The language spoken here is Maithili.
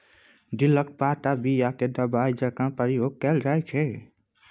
दिलक पात आ बीया केँ दबाइ जकाँ प्रयोग कएल जाइत छै